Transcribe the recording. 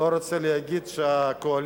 אני לא רוצה להגיד שהקואליציה,